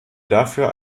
dafür